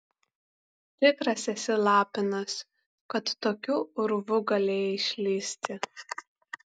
tikras esi lapinas kad tokiu urvu galėjai išlįsti